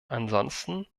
ansonsten